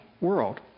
world